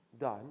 done